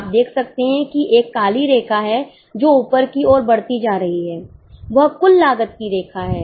आप देख सकते हैं कि एक काली रेखा है जो ऊपर की ओर बढ़ती जा रही है वह कुल लागत की रेखा है